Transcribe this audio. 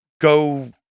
go